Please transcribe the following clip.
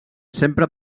sempre